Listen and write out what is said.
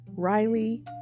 Riley